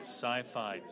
Sci-Fi